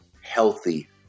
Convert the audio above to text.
healthy